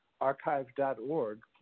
archive.org